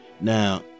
Now